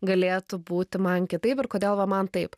galėtų būti man kitaip ir kodėl va man taip